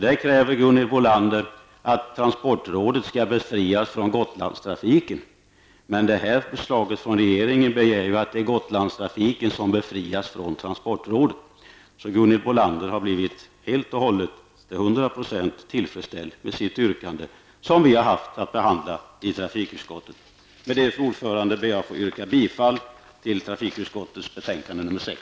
Där kräver hon att transportrådet skall befrias från Gotlandstrafiken, men detta förslag från regeringen innebär att det är Gunhild Bolander har alltså till 100 % blivit tillfredsställd i sitt yrkande som vi har haft att behandla i trafikutskottet. Med det, fru talman, ber jag att få yrka bifall till hemställan i trafikutskottets betänkande nr 6.